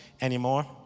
anymore